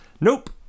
Nope